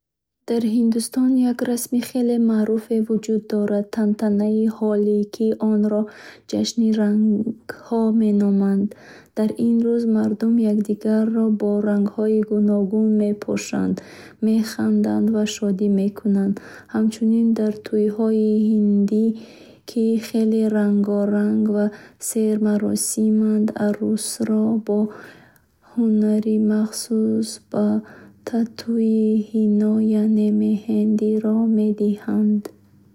Дар Ҳиндустон як расми хеле маъруф вуҷуд дорад — тантанаи Ҳолӣ, ки онро ҷашни рангҳо меноманд. Дар ин рӯз мардум якдигарро бо рангҳои гуногун мепошанд, механданд ва шодӣ мекунанд. Ҳамчунин, дар тӯйҳои ҳиндӣ, ки хеле рангоранг ва сермаросиманд, арӯсро бо ҳунари махсус бо татуи ҳино яъне меҳндиоро медиҳанд.